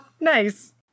Nice